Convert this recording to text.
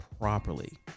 properly